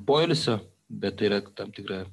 poilsio bet tai yra tam tikra